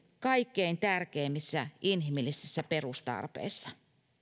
kaikkein tärkeimmissä inhimillisissä perustarpeissa